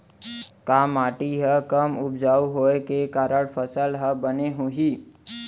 का माटी हा कम उपजाऊ होये के कारण फसल हा बने होही?